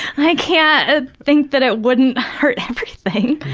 i can't think that it wouldn't hurt everything.